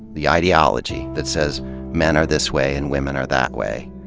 the ideology, that says men are this way and women are that way.